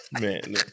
Man